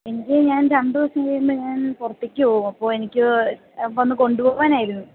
എനിക്ക് ഞാൻ രണ്ട് ദിവസം കഴിയുമ്പം ഞാൻ പുറത്തേക്ക് പോകും അപ്പം എനിക്ക് വന്ന് കൊണ്ട് പോകാനായിരുന്നു